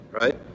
right